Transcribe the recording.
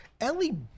Ellie